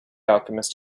alchemist